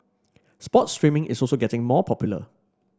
sports streaming is also getting more popular